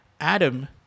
Adam